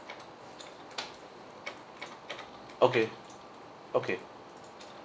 okay okay